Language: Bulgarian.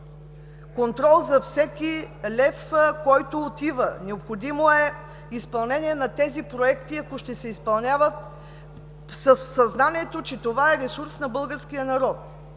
контрол за всеки лев, който отива, необходимо е изпълнение на проектите, ако ще се изпълняват, със съзнанието, че това е ресурс на българския народ.